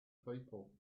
people